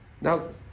Now